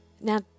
Now